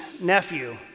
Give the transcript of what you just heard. Nephew